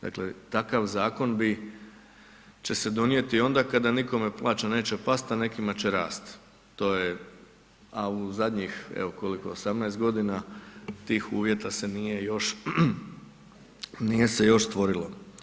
Dakle, takav zakon bi, će se donijeti onda kada nikome plaća neće past, a nekima će rast, to je, a u zadnjih evo koliko 18 godina tih uvjeta se nije još, nije se još stvorilo.